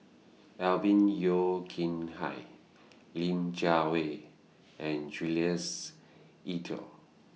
Alvin Yeo Khirn Hai Lin Jiawei and Jules Itier